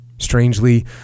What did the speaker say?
Strangely